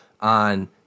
on